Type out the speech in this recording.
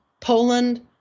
Poland